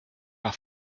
war